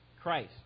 Christ